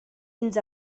ins